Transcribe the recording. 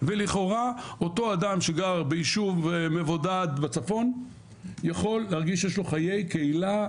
ולכאורה אותו אדם שגר ביישוב מבודד בצפון יכול להרגיש שיש לו חיי קהילה,